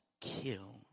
kill